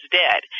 dead